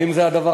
האם זה הדבר?